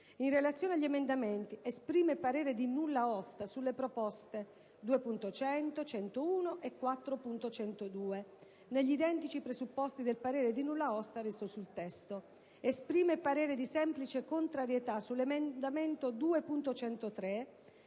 In relazione agli emendamenti, esprime parere di nulla osta sulle proposte 2.100. 2.101 e 4.102 negli identici presupposti del parere di nulla osta reso sul testo. Esprime parere di semplice contrarietà sull'emendamento 2.103